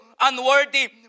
unworthy